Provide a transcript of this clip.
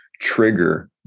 trigger